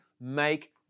make